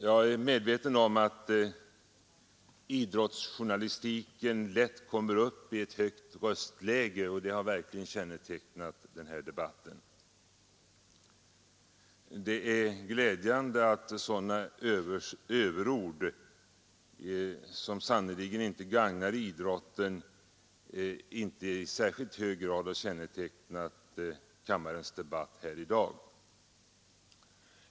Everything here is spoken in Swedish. Jag är medveten om att idrottsjournalistiken lätt kommer upp i ett högt röstläge, och det har verkligen präglat denna debatt. Det är glädjande att sådana överord, som sannerligen inte gagnar idrotten, inte i särskilt hög grad har kännetecknat kammarens debatt här i dag.